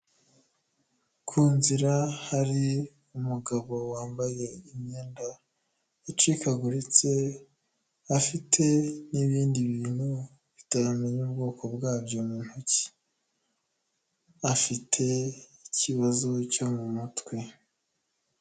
Ku nzira hari umugabo wambaye imyenda icikaguritse afite n'ibindi bintu utamenya ubwoko bwabyo mu ntoki, afite ikibazo cyo mu mutwe.